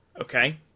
Okay